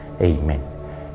amen